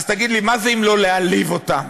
אז תגיד לי, מה זה אם לא להעליב אותם?